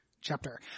Chapter